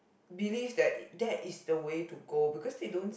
believe that that is the way to go because they don't